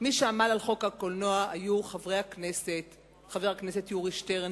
מי שעמלו על חוק הקולנוע היו חבר הכנסת יורי שטרן,